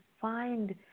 find